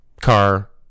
car